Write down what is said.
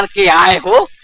like i will